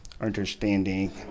understanding